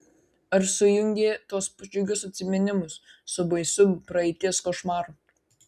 ar sujungė tuos džiugius atsiminimus su baisiu praeities košmaru